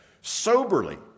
Soberly